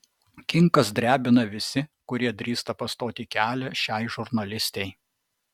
kinkas drebina visi kurie drįsta pastoti kelią šiai žurnalistei